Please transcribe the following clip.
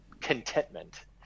contentment